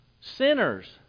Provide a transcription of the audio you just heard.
Sinners